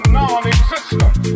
non-existent